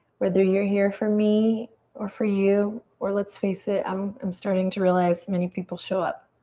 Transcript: whether you're here for me or for you or let's face it, um i'm starting to realize many people show up